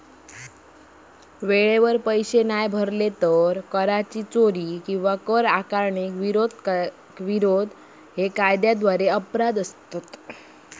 वेळेवर पैशे नाय भरले, कराची चोरी किंवा कर आकारणीक विरोध हे कायद्याद्वारे अपराध असत